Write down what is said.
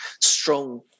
strong